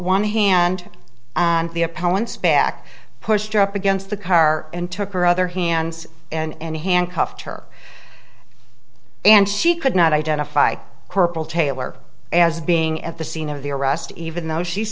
one hand and the appellant's back pushed up against the car and took her other hand and handcuffed her and she could not identify corporal taylor as being at the scene of the arrest even though she